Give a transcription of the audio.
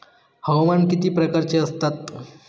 हवामान किती प्रकारचे असतात?